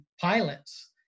pilots